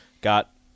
got